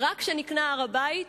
ורק כשנקנה הר-הבית